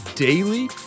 daily